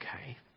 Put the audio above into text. Okay